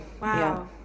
Wow